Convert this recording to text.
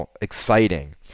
exciting